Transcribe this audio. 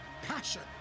passion